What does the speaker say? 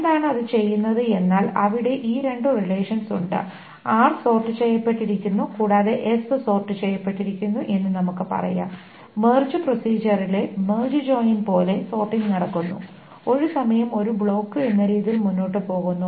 എന്താണ് അത് ചെയ്യുന്നത് എന്നാൽ അവിടെ ഈ രണ്ടു റിലേഷൻസ് ഉണ്ട് r സോർട് ചെയ്യപ്പെട്ടിരിക്കുന്നു കൂടാതെ s സോർട് ചെയ്യപ്പെട്ടിരിക്കുന്നു എന്ന് നമുക്ക് പറയാം മെർജ് പ്രോസിജറിലെ മെർജ് ജോയിൻ പോലെ സോർട്ടിങ് നടക്കുന്നു ഒരു സമയം ഒരു ബ്ലോക്ക് എന്ന രീതിയിൽ മുന്നോട്ട് പോകുന്നു